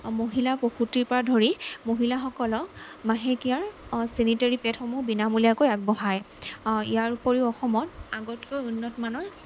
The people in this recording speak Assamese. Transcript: মহিলা প্ৰসুতিৰপৰা ধৰি মহিলাসকলক মাহেকীয়া চেনিটেৰী পেডসমূহ বিনামূলীয়াকৈ আগবঢ়ায় ইয়াৰ ওপৰিও অসমত আগতকৈ উন্নত মানৰ